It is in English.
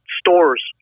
stores